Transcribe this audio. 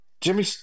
Jimmy